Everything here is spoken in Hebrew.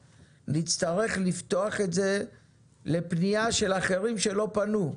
נצטרך לפתוח את זה לפנייה של אחרים שלא פנו,